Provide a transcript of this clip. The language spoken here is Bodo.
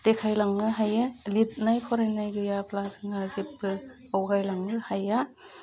देखायलांनो हायो लिरनाय फरायनाय गैयाब्ला जोंहा जेबो आवगायलांनो हाया